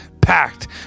packed